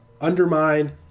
undermine